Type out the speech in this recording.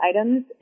items